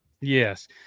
Yes